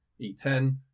E10